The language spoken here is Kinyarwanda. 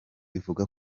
ivuga